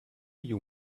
you